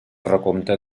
recompte